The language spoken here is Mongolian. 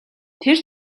тэр